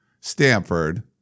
Stanford